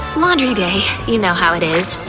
laundry day, you know how it is,